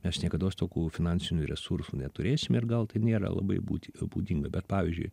mes niekados tokių finansinių resursų neturėsime ir gal tai nėra labai būti būdinga bet pavyzdžiui